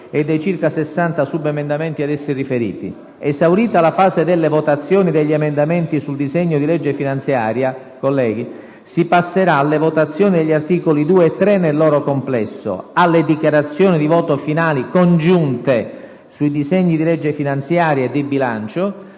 e dei circa 60 subemendamenti ad essi riferiti. Esaurita la fase delle votazioni degli emendamenti sul disegno di legge finanziaria, si passerà alle votazioni degli articoli 2 e 3, alle dichiarazioni congiunte di voto finale sui disegni di legge finanziaria e di bilancio,